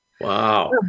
Wow